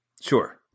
Sure